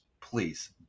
Please